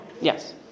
Yes